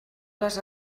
les